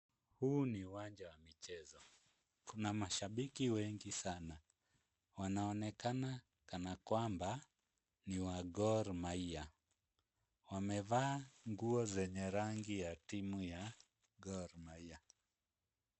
Huu ni uwanja wa michezo. Kuna mashabiki wengi sana. Wanaonekana kana kwamba ni wa Gor Mahia. Wamevaa nguo zenye rangi ya timu ya Gor Mahia.